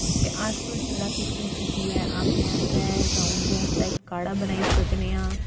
ते अस जिस बेल्लै किचन च जाइयै अपने आस्तै जां उं'दे आस्तै काह्ड़ा बनाई सकने आं